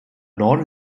norden